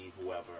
whoever